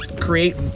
create